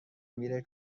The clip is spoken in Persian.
میره